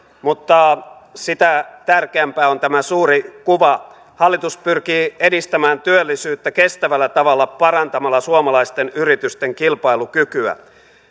mutta sitä tärkeämpää on tämä suuri kuva hallitus pyrkii edistämään työllisyyttä kestävällä tavalla parantamalla suomalaisten yritysten kilpailukykyä